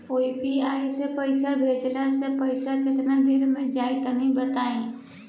UPI से पईसा भेजलाऽ से पईसा केतना देर मे जाई तनि बताई?